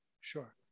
sure